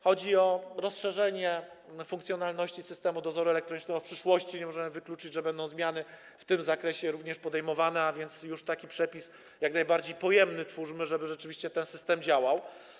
Chodzi o rozszerzenie funkcjonalności systemu dozoru elektronicznego w przyszłości, nie możemy wykluczyć, że będą zmiany w tym zakresie również podejmowane, a więc już taki przepis jak najbardziej pojemny twórzmy, żeby rzeczywiście ten system działał.